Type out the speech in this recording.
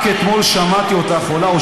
רק אתמול או שלשום שמעתי אותך עולה,